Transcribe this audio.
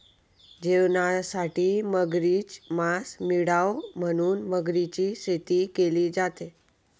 जेवणासाठी मगरीच मास मिळाव म्हणून मगरीची शेती केली जाते